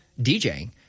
DJing